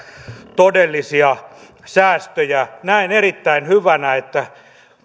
todellisia säästöjä näen erittäin hyvänä että